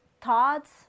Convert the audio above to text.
thoughts